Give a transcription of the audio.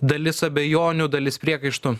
dalis abejonių dalis priekaištų